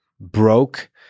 broke